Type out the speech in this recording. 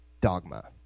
dogma